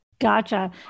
Gotcha